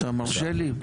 אתה מרשה לי?